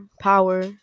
power